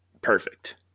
perfect